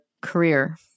career